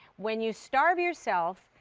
when you starve yourself,